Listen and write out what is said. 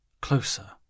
closer